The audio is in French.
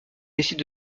décide